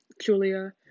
Julia